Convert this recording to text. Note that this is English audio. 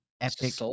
epic